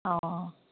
অঁ